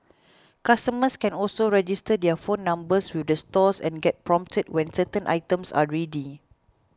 customers can also register their phone numbers with the stores and get prompted when certain items are ready